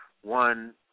one